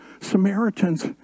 Samaritans